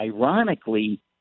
ironically